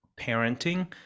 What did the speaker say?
parenting